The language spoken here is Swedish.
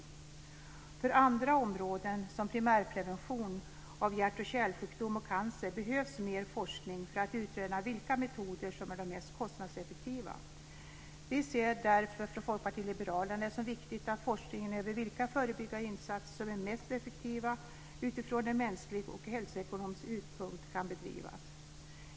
För andra områden, som primärprevention av hjärt och kärlsjukdom och cancer, behövs mer forskning för att utröna vilka metoder som är de mest kostnadseffektiva. Vi ser det därför från Folkpartiet liberalerna som viktigt att forskningen över vilka förebyggande insatser som är mest effektiva utifrån en mänsklig och hälsoekonomisk utgångspunkt kan bedrivas.